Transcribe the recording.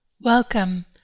Welcome